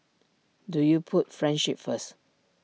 do you put friendship first